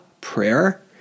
prayer